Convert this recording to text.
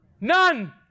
None